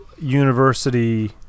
University